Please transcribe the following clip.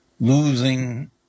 losing